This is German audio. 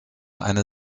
eine